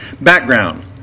Background